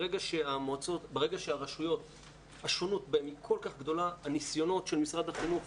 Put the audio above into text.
ברגע שהשונות בין הרשויות היא כל כך גדולה הניסיונות של משרד החינוך,